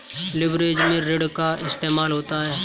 leverage में ऋण का इस्तेमाल होता है